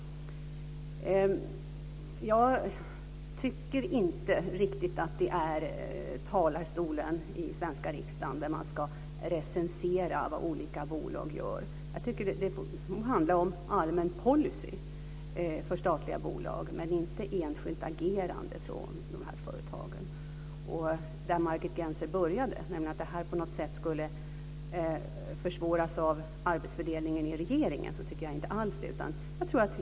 Jag tycker inte riktigt att det är i talarstolen i Sveriges riksdag som man ska recensera vad olika bolag gör. Jag tycker att det handlar om allmän policy för statliga bolag, men inte om enskilt agerande från de här företagen. Där Margit Gennser började, nämligen att det här på något sätt skulle försvåras av arbetsfördelningen i regeringen, tycker jag inte alls att det är så.